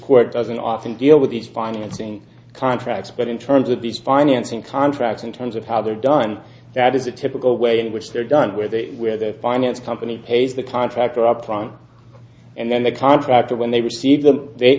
quote doesn't often deal with these financing contracts but in terms of the financing contract in terms of how they're done that is a typical way in which they're done where they where the finance company pays the contractor upfront and then the contractor when they receive them they